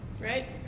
right